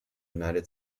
united